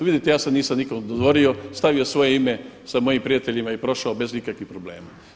Vidite ja se nisam nikomu dodvorio, stavio svoje ime sa mojim prijateljima i prošao bez ikakvih problema.